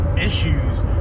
issues